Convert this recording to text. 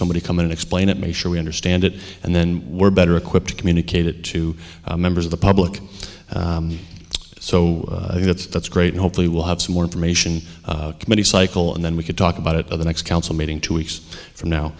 somebody come in and explain it make sure we understand it and then we're better equipped to communicate it to members of the public so that's that's great and hopefully we'll have some more information many cycle and then we could talk about it at the next council meeting two weeks from now